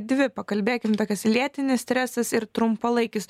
dvi pakalbėkim tokias lėtinis stresas ir trumpalaikis